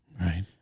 right